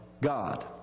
God